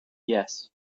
yes